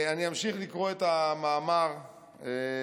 אני אמשיך לקרוא את המאמר משבת,